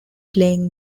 playing